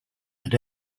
and